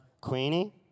Queenie